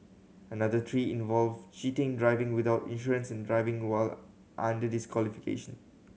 another three involve cheating driving without insurance and driving while under disqualification